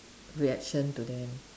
reaction to them